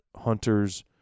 hunters